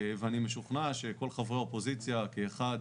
ואני משוכנע שכל חברי האופוזיציה כאחד